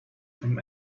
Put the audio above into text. from